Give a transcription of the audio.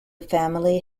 family